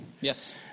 Yes